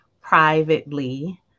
Privately